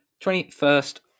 21st